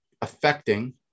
affecting